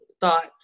thought